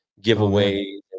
giveaways